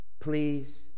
please